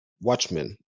Watchmen